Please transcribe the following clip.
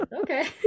Okay